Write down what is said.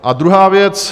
A druhá věc.